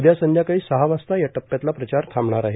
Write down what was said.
उद्या संध्याकाळी सहा वाजता या टप्प्यातला प्रचार थांबणार आहे